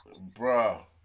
Bro